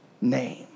name